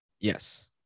yes